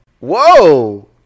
whoa